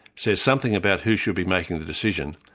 says something about who should be making the decision,